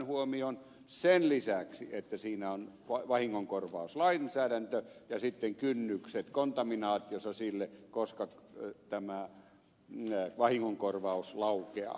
huomioon sen lisäksi että siinä on vahingonkorvauslainsäädäntö ja sitten kynnykset kontaminaatiossa sille koska tämä vahingonkorvaus laukeaa